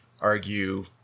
argue